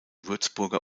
würzburger